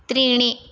त्रीणि